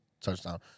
touchdown